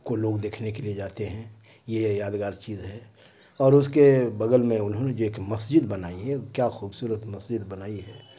کو لوگ دیکھنے کے لیے جاتے ہیں یہ یہ یادگار چیز ہے اور اس کے بغل میں انہوں نے جو ایک مسجد بنائی ہے کیا خوبصورت مسجد بنائی ہے